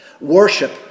Worship